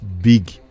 big